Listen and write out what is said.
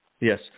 Yes